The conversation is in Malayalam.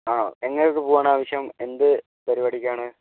ആ എങ്ങനെത്തെ പൂവാണാവശ്യം എന്ത് പരിപാടിക്കാണ്